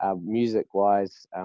Music-wise